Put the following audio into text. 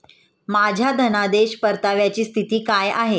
माझ्या धनादेश परताव्याची स्थिती काय आहे?